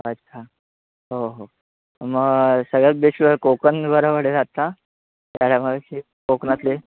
अच्छा हो हो मग सगळ्यात बेश्ट कोकण बरं पडेल आत्ता त्या टायमाला की कोकणातले